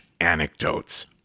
anecdotes